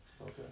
Okay